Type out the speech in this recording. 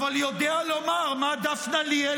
אבל יודע לומר מה דפנה ליאל